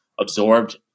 absorbed